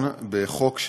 והאדריכלות),